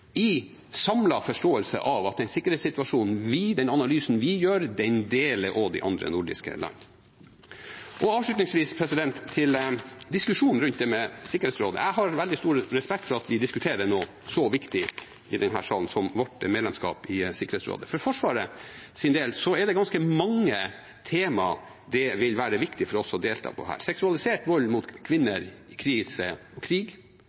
i samlet forståelse av at den analysen vi gjør av sikkerhetssituasjonen, deler også de andre nordiske landene. Avslutningsvis til diskusjonen rundt Sikkerhetsrådet: Jeg har veldig stor respekt for at vi i denne salen diskuterer noe så viktig som vårt medlemskap i Sikkerhetsrådet. For Forsvarets del er det ganske mange temaer det vil være viktig for oss å delta på her. Seksualisert vold mot kvinner i krise og krig